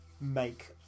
make